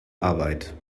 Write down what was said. arbeit